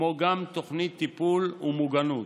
כמו גם תוכנית טיפול ומוגנות.